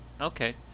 okay